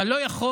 אתה לא יכול